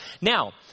Now